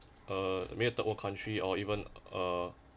uh maybe a third world country or even uh